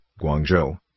Guangzhou